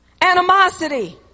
animosity